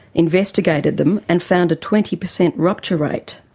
investigated them, and found a twenty per cent rupture rate.